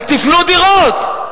אז תבנו דירות.